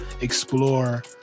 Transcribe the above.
explore